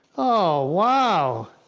oh, wow!